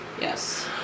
yes